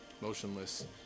motionless